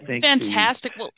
fantastic